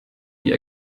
die